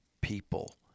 people